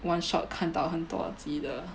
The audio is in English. one shot 看到很多级的